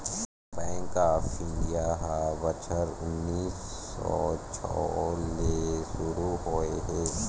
bank of India ह बछर उन्नीस सौ छै ले सुरू होए हे